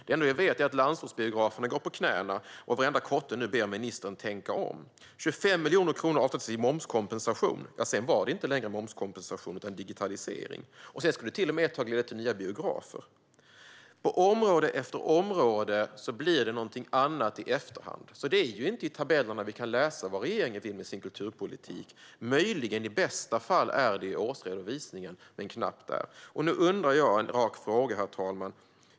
Det enda jag vet är att landsortsbiograferna går på knäna och att varenda kotte nu ber ministern tänka om. De 25 miljoner kronorna i momskompensation ska nu gå till digitalisering i stället. Ett tag skulle det till och med leda till nya biografer. På område efter område blir det något annat i efterhand. Det är inte i tabellerna vi kan läsa vad regeringen vill med sin kulturpolitik. Möjligen är det, i bästa fall, i årsredovisningen, men knappt där. Herr talman!